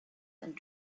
and